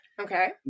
Okay